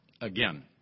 again